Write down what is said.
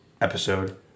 episode